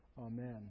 Amen